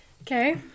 Okay